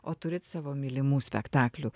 o turit savo mylimų spektaklių